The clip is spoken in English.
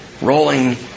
Rolling